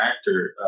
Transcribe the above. actor